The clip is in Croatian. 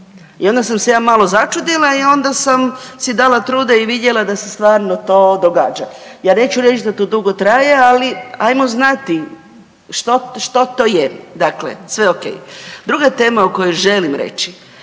I onda sam se ja malo začudila i onda sam si dala truda i vidjela da se stvarno to događa. Ja neću reći da to dugo traje, ali hajmo znati što to je. Dakle, sve ok. Druga tema o kojoj želim reći